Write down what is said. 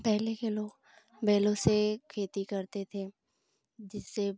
पहले के लोग बैलों से खेती करते थे जिससे